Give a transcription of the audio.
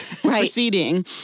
proceeding